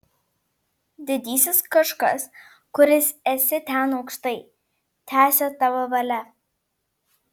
didysis kažkas kuris esi ten aukštai teesie tavo valia